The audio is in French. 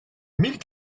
mille